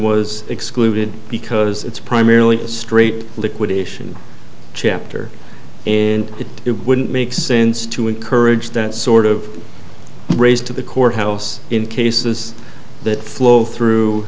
was excluded because it's primarily a straight liquidation chapter and it wouldn't make sense to encourage that sort of raised to the courthouse in cases that flow through